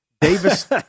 Davis